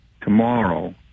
tomorrow